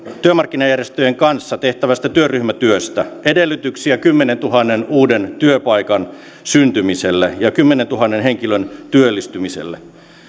työmarkkinajärjestöjen kanssa tehtävästä työryhmätyöstä edellytyksiä kymmenentuhannen uuden työpaikan syntymiselle ja kymmenentuhannen henkilön työllistymiselle